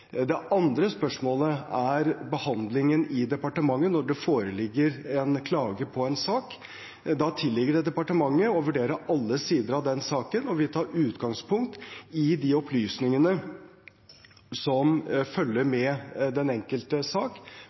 det tror jeg vi fortsatt kommer til å være. Det andre spørsmålet er behandlingen i departementet når det foreligger en klage på en sak. Da tilligger det departementet å vurdere alle sider av den saken, og vi tar utgangpunkt i de opplysningene som følger med den enkelte